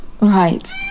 Right